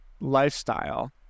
lifestyle